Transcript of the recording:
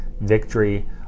victory